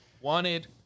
wanted